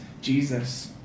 Jesus